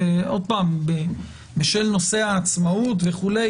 בשל נושא העצמאות וכולי,